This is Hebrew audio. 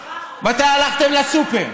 מתי הלכתם לסופר?